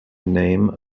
name